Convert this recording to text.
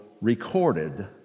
recorded